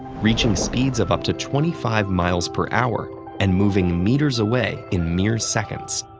reaching speeds of up to twenty five miles per hour and moving meters away in mere seconds.